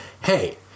hey